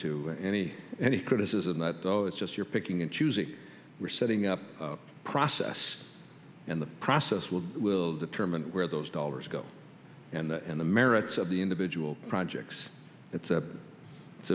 to any any criticism that those just you're picking and choosing we're setting up a process and the process will will determine where those dollars go and the merits of the individual projects it's a it's